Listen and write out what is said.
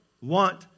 want